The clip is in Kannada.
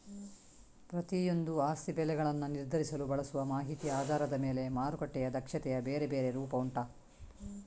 ಪ್ರತಿಯೊಂದೂ ಆಸ್ತಿ ಬೆಲೆಗಳನ್ನ ನಿರ್ಧರಿಸಲು ಬಳಸುವ ಮಾಹಿತಿಯ ಆಧಾರದ ಮೇಲೆ ಮಾರುಕಟ್ಟೆಯ ದಕ್ಷತೆಯ ಬೇರೆ ಬೇರೆ ರೂಪ ಉಂಟು